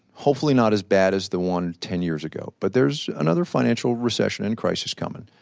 hopefully not as bad as the one ten years ago. but there's another financial recession and crisis coming.